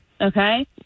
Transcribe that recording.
Okay